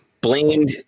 blamed